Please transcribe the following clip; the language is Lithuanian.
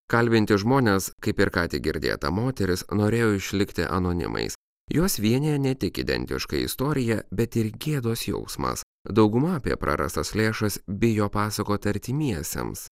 kalbinti žmonės kaip ir ką tik girdėta moteris norėjo išlikti anonimais juos vienija ne tik identiška istorija bet ir gėdos jausmas dauguma apie prarastas lėšas bijo pasakoti artimiesiems